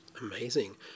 Amazing